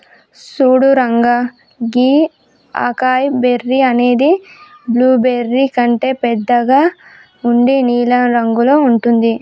సూడు రంగా గీ acai berry అనేది బ్లూబెర్రీ కంటే బెద్దగా ఉండి నీలం రంగులో ఉంటుంది